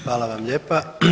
Hvala vam lijepa.